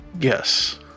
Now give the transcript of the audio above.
Yes